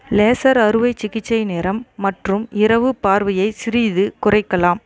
laser அறுவை சிகிச்சை நிறம் மற்றும் இரவு பார்வையை சிறிது குறைக்கலாம்